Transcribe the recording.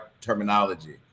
terminology